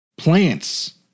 plants